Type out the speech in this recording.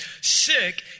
sick